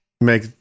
make